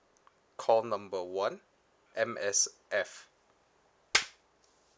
call number one M_S_F